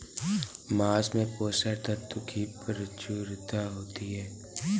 माँस में पोषक तत्त्वों की प्रचूरता होती है